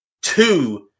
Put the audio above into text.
two